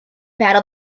battle